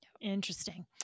Interesting